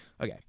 Okay